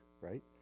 right